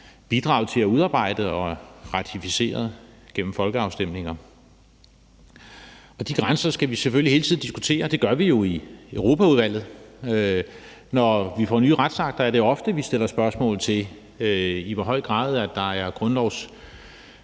bidraget til at udarbejde og ratificeret gennem folkeafstemninger. Og de grænser skal vi selvfølgelig hele tiden diskutere, og det gør vi jo i Europaudvalget. Når vi får nye retsakter, er det ofte sådan, at vi stiller spørgsmål til, i hvor høj grad der er grundlovsproblemer